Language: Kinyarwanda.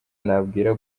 nabwira